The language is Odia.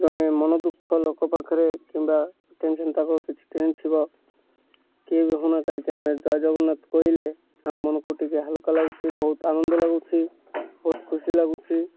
ଜଣେ ମନ ଦୁଃଖ ଲୋକ ପାଖରେ କିମ୍ବା ଟେନସନ୍ ତାଙ୍କର କିଛି ଥିବ କିଏ ବି ହେଉନା କାହିଁକି ଆମେ ଜୟ ଜଗନ୍ନାଥ କହିଲେ ଆମ ମନକୁ ଟିକେ ହାଲୁକା ଲାଗୁଛି ବହୁତ ଆନନ୍ଦ ଲାଗୁଛି ବହୁତ ଖୁସି ଲାଗୁଛି